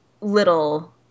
little